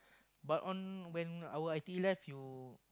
but on when our I_T_E life you